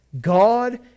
God